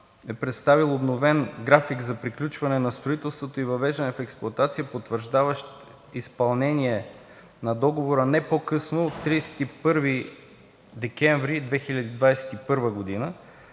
е представил обновен график за приключване на строителството и въвеждане в експлоатация, потвърждаващ изпълнение на договора не по-късно от 31 декември 2021 г.,